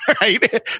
Right